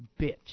bitch